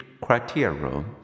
criteria